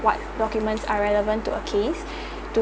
what documents are relevant to